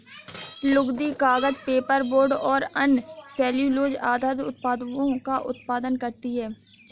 लुगदी, कागज, पेपरबोर्ड और अन्य सेलूलोज़ आधारित उत्पादों का उत्पादन करती हैं